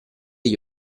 gli